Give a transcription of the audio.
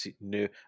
new